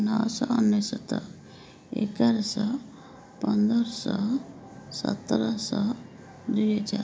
ନଅଶହ ଅନେଶ୍ୱତ ଏଗାରଶହ ପନ୍ଦରଶହ ସତରଶହ ଦୁଇହଜାର